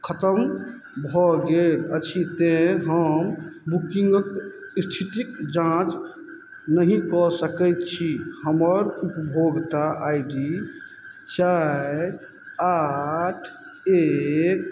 खतम भऽ गेल अछि तेँ हम बुकिंगक स्थितिक जाँच नहि कऽ सकैत छी हमर उपभोक्ता आई डी चारि आठ एक